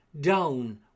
Down